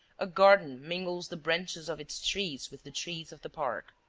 a garden mingles the branches of its trees with the trees of the park.